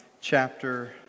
chapter